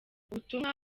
ubutumwa